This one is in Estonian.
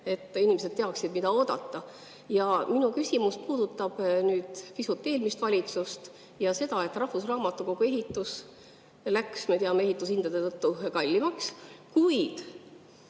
et inimesed teaksid, mida oodata. Ja minu küsimus puudutab nüüd pisut eelmist valitsust ja seda, et rahvusraamatukogu ehitus läks, me teame, ehitushindade tõttu kallimaks. Kuid